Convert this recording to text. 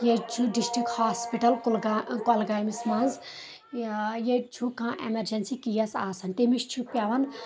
ییٚتہِ چھُ district hospital Kulgam گۄلگامِس منٛز ییٚتہِ چھُ کانٛہہ اٮ۪مرجٮ۪نسی کیس آسان تٔمِس چھُ پٮ۪وان